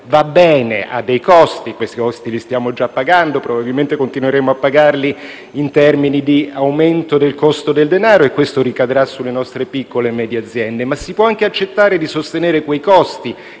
Va bene, ha dei costi; questi costi li stiamo già pagando e probabilmente continueremo a pagarli in termini di aumento del costo del denaro e questo ricadrà sulle nostre piccole e medie aziende, ma si può anche accettare di sostenere quei costi,